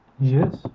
Yes